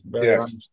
Yes